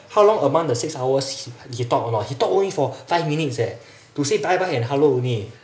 how long among the six hours he talk or not he talk only for five minutes eh to say bye bye and hello only